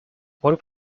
what